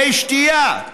מי שתייה.